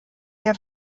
der